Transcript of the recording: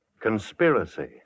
Conspiracy